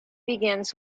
begins